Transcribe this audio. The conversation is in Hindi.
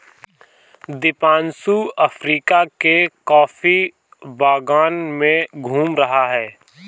दीपांशु अफ्रीका के कॉफी बागान में घूम रहा है